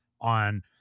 on